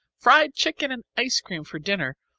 fried chicken and ice-cream for dinner,